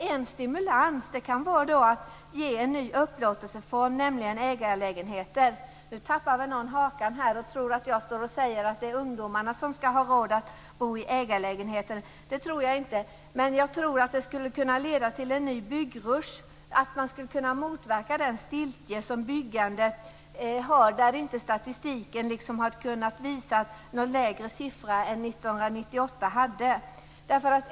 En stimulans kan vara att ge en ny upplåtelseform, nämligen ägarlägenheter. Nu tappar väl någon hakan och tror att jag säger att det är ungdomarna som skall ha råd att bo i ägarlägenheter. Det tror jag inte. Men jag tror att det skulle kunna leda till en ny byggrusch, att man skulle kunna motverka den stiltje som byggandet har. Statistiken har inte kunnat visa någon lägre siffra än den för 1998.